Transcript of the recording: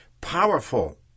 powerful